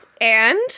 And-